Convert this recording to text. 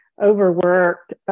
overworked